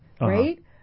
right